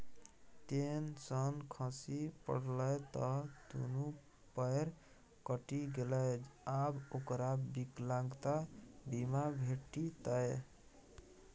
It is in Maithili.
टेन सँ खसि पड़लै त दुनू पयर कटि गेलै आब ओकरा विकलांगता बीमा भेटितै